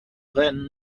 then